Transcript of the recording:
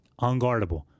Unguardable